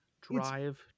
Drive